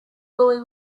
boy